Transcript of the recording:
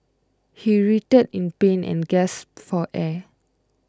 he writhed in pain and gasped for air